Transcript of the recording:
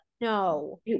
no